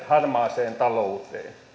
harmaaseen talouteen